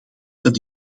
dat